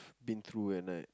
been through and like